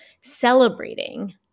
celebrating